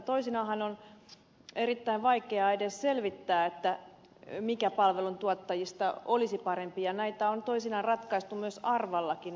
toisinaanhan on erittäin vaikeaa edes selvittää mikä palveluntuottajista olisi parempi ja näitä palveluntuottajia on toisinaan ratkaistu myös arvalla kunnissa